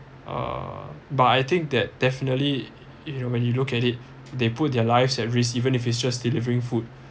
uh but I think that definitely if you when you look at it they put their lives at risk even if it's just delivering food